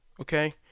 Okay